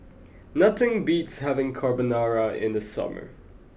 nothing beats having Carbonara in the summer